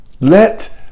Let